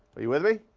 are you with me?